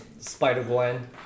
Spider-Gwen